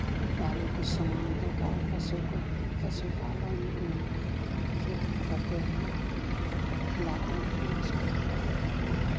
वाले कुछ सामान प्रकार पशु को पशु पालन में उसको करते हैं खिलाते हैं उसको खूब